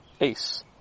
Ace